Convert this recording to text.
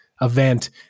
event